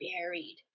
buried